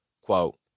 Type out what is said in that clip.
Quote